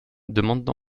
demande